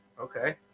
Okay